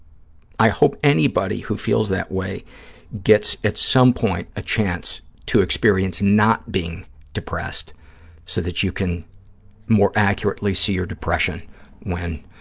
i hope anybody who feels that way gets, at some point, a chance to experience not being depressed so that you can more accurately see your depression when,